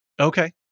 Okay